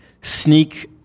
sneak